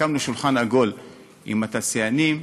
הקמנו שולחן עגול עם התעשיינים,